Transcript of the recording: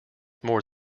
more